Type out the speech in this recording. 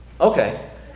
Okay